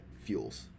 fuels